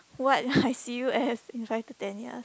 what I see you as in five to ten years